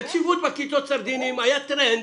ציפוף בכיתות סרדינים היה טרנד.